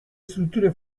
strutture